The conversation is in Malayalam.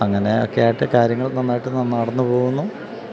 അങ്ങനെയൊക്കെയായിട്ട് കാര്യങ്ങൾ നന്നായിട്ട് നടന്നുപോകുന്നു